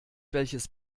welches